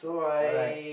alright